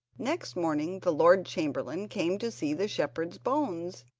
next morning the lord chamberlain came to see the shepherd's bones,